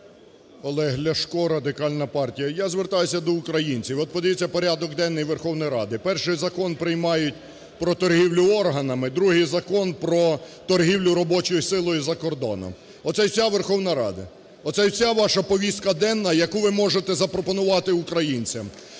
Олег Ляшко, Радикальна партія. Я звертаюся до українців. От подивіться порядок денний Верховної Ради. Перший закон приймають – про торгівлю органами. Другий закон – про торгівлю робочою силою за кордоном. Оце і вся Верховна Рада. Оце і вся ваша повістка денна, яку ви можете запропонувати українцям: